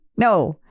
No